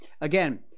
Again